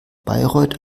bayreuth